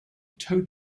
tow